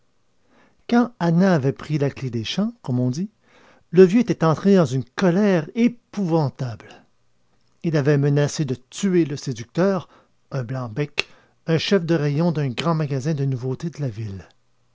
quand anna avait pris la clef des champs comme on dit le vieux était entré dans une colère épouvantable il avait menacé de tuer le séducteur un blanc-bec un chef de rayon d'un grand magasin de nouveautés de la ville